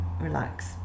relax